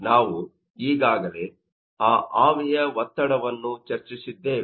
ನಾವು ಈಗಾಗಲೇ ಆ ಆವಿಯ ಒತ್ತಡವನ್ನು ಚರ್ಚಿಸಿದ್ದೇವೆ